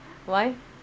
why